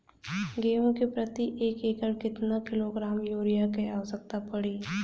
गेहूँ के प्रति एक एकड़ में कितना किलोग्राम युरिया क आवश्यकता पड़ी?